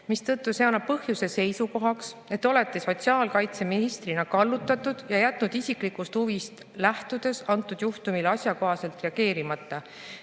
seotud. See annab põhjuse seisukohaks, et olete sotsiaalkaitseministrina kallutatud ja jätnud isiklikust huvist lähtudes antud juhtumile asjakohaselt reageerimata.